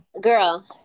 Girl